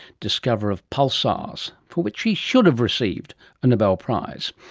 discoverer of pulsars, for which she should have received a nobel prize.